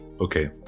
Okay